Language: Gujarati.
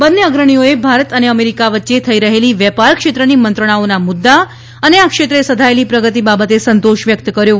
બંને અગ્રણીઓએ ભારત અને અમેરિકા વચ્ચે થઈ રહેલી વેપાર ક્ષેત્રની મંત્રણાઓના મુદ્દા અને આ ક્ષેત્રે સધાયેલી પ્રગતિ બાબતે સંતોષ વ્યક્ત કર્યો હતો